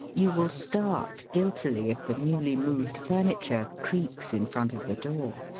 you will start guiltily if the newly moved furniture creaks in front of the door.